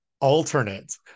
alternate